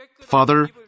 Father